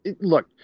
look